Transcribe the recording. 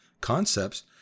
concepts